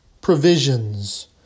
provisions